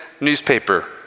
newspaper